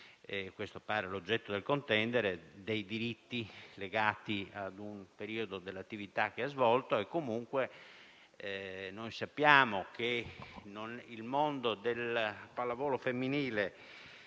questo pare l'oggetto del contendere - i diritti legati ad un periodo di attività che ha svolto. Noi sappiamo che il mondo della pallavolo femminile